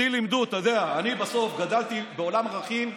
אותי לימדו, אני גדלתי בעולם ערכים אחר,